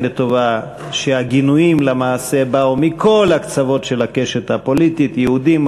לטובה שהגינויים למעשה באו מכל הקצוות של הקשת הפוליטית: יהודים,